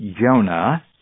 Jonah